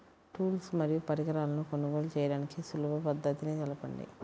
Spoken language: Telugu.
టూల్స్ మరియు పరికరాలను కొనుగోలు చేయడానికి సులభ పద్దతి తెలపండి?